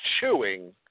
chewing